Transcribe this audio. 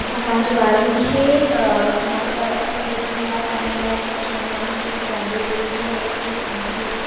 असां पंहिंजे ॿारनि खे समाचार अक्सरु ॿुधण लाइ पढ़ण लाइ खूब चवंदा आहियूं छो की ॾाढो ज़रूरी आहे की तव्हांखे